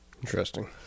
Interesting